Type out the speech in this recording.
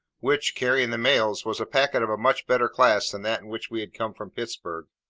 which, carrying the mails, was a packet of a much better class than that in which we had come from pittsburg.